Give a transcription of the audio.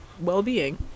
well-being